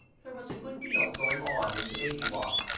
there was a good deal going on in the baby walk,